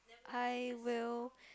I will